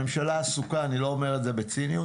הממשלה עסוקה אני לא אומר את זה בציניות